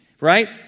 right